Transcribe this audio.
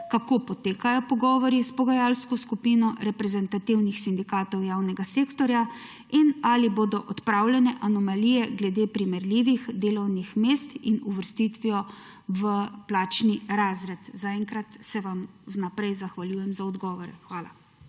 Kako potekajo pogovori s pogajalsko skupino reprezentativnih sindikatov javnega sektorja? Ali bodo odpravljene anomalije glede primerljivih delovnih mest in uvrstitvijo v plačni razred? Zaenkrat se vam vnaprej zahvaljujem za odgovore. Hvala.